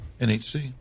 NHC